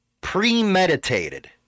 Premeditated